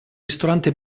ristorante